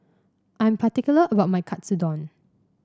I'm particular about my Katsudon